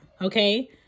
okay